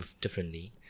differently